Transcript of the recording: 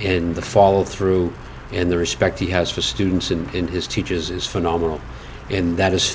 in the fall through and the respect he has for students and in his teachers is phenomenal and that is